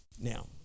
Now